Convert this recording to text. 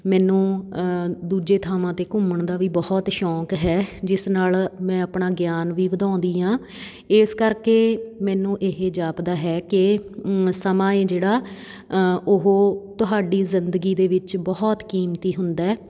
ਮੈਨੂੰ ਦੂਜੇ ਥਾਵਾਂ 'ਤੇ ਘੁੰਮਣ ਦਾ ਵੀ ਬਹੁਤ ਸ਼ੌਕ ਹੈ ਜਿਸ ਨਾਲ ਮੈਂ ਆਪਣਾ ਗਿਆਨ ਵੀ ਵਧਾਉਂਦੀ ਹਾਂ ਇਸ ਕਰਕੇ ਮੈਨੂੰ ਇਹ ਜਾਪਦਾ ਹੈ ਕਿ ਸਮਾਂ ਹੈ ਜਿਹੜਾ ਉਹ ਤੁਹਾਡੀ ਜ਼ਿੰਦਗੀ ਦੇ ਵਿੱਚ ਬਹੁਤ ਕੀਮਤੀ ਹੁੰਦਾ